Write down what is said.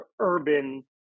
urban